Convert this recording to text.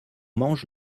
mange